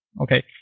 Okay